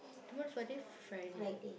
tomorrow is what day Friday